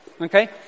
Okay